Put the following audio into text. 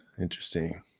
interesting